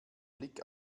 blick